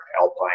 Alpine